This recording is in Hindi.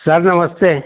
सर नमस्ते